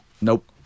Nope